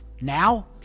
Now